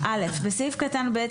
- בסעיף קטן (ב),